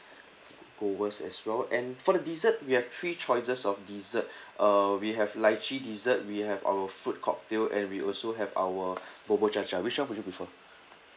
as well and for the dessert we have three choices of dessert uh we have lychee dessert we have our fruit cocktail and we also have our bubur cha cha which [one] would you prefer